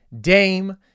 Dame